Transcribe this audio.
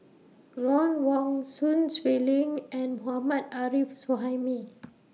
Ron Wong Sun Xueling and Mohammad Arif Suhaimi